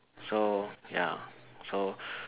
so ya so